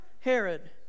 Herod